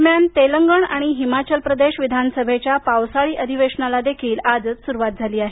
दरम्यान तेलंगण आणि हिमाचल प्रदेश विधानसभेच्या पावसाळी अधिवेशनाला देखील आजच सुरुवात झाली आहे